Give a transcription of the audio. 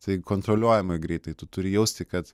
tai kontroliuojama greitai tu turi jausti kad